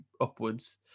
upwards